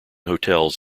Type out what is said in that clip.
hotels